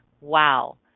wow